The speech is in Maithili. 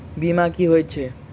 बीमा की होइत छी?